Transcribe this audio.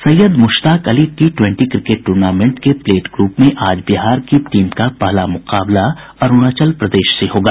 Syed Mushtaq Ali T twenty cricket tournament के plate group में आज बिहार की टीम का पहला मुकाबला अरूणाचल प्रदेश से होगा